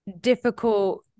difficult